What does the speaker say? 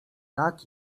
tak